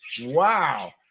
wow